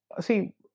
See